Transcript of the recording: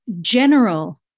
general